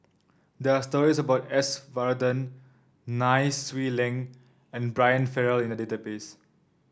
there are stories about S Varathan Nai Swee Leng and Brian Farrell in the database